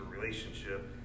relationship